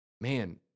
man